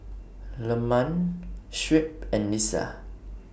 Leman Shuib and Lisa